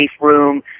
room